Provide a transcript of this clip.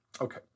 Okay